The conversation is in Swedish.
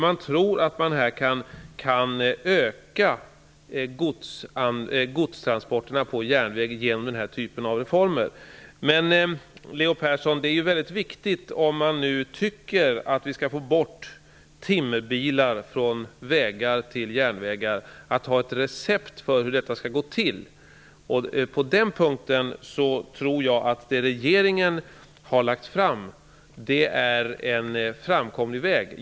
Man tror att man kan öka godstransporterna på järnväg genom denna typ av reformer. Leo Persson! Det är mycket viktigt, om man tycker att vi skall få över timmertransporter från vägar till järnvägar, att ha ett recept för hur detta skall gå till. På den punkten tror jag att det förslag som regeringen har lagt fram representerar en framkomlig väg.